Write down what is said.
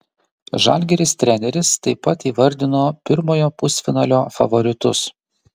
žalgiris treneris taip pat įvardino pirmojo pusfinalio favoritus